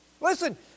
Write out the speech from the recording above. Listen